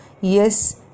yes